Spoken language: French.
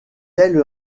ailes